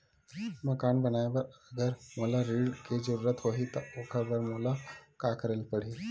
मकान बनाये बर अगर मोला ऋण के जरूरत होही त ओखर बर मोला का करे ल पड़हि?